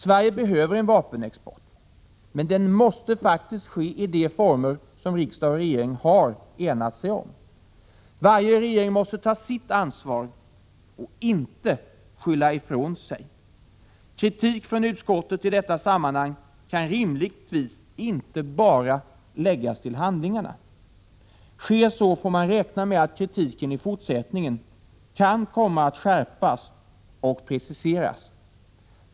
Sverige behöver en vapenexport, men den måste faktiskt ske i de former som riksdag och regering enat sig om. Varje regering måste ta sitt ansvar och inte skylla ifrån sig. Kritik från utskottet i detta sammanhang kan rimligtvis inte bara läggas till handlingarna. Sker så får man räkna med att kritiken i fortsättningen kan komma att skärpas och preciseras.